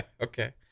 Okay